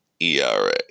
ERA